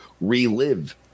relive